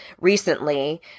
recently